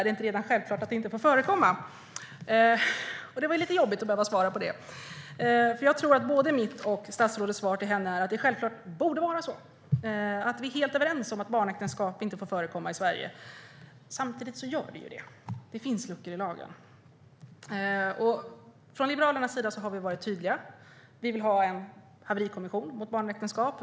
Är det inte redan självklart att det inte får förekomma? Det var lite jobbigt att behöva svara på det. Jag tror att både mitt och statsrådets svar till henne är att det självklart borde vara så. Vi är helt överens om att barnäktenskap inte får förekomma i Sverige. Samtidigt förekommer det. Det finns luckor i lagen. Från Liberalernas sida har vi varit tydliga. Vi vill ha en haverikommission mot barnäktenskap.